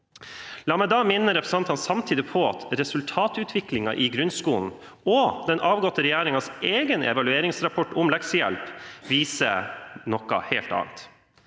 samtidig minne representantene om at resultatutviklingen i grunnskolen og den avgåtte regjeringens egen evalueringsrapport om leksehjelp viser noe helt annet.